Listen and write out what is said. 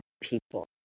people